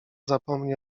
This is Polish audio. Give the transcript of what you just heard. zapomni